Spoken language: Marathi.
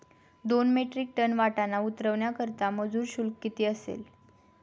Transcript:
दोन मेट्रिक टन वाटाणा उतरवण्याकरता मजूर शुल्क किती असेल?